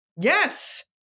Yes